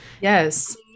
yes